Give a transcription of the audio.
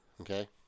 okay